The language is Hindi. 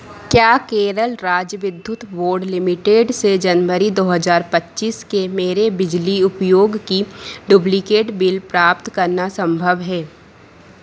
क्या केरल राज्य विद्युत बोर्ड लिमिटेड से जनबरी दो हज़ार पच्चीस के मेरे बिजली उपयोग कि डुब्लिकेट बिल प्राप्त करना संभव है